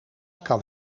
kan